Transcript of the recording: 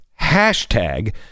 Hashtag